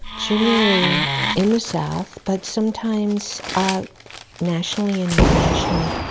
generally in the south but sometimes nationally and internationally.